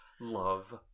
love